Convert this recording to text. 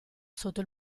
sotto